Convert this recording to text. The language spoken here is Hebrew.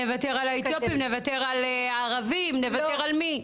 נוותר על האתיופים נוותר על הערבים נוותר על מי?